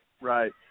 Right